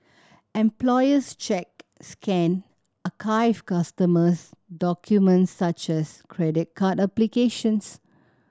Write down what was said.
employees check scan archive customers documents such as credit card applications